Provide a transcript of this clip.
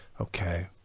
Okay